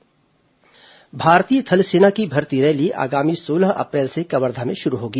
थल सेना भर्ती रैली भारतीय थल सेना की भर्ती रैली आगामी सोलह अप्रैल से कवर्धा में शुरू होगी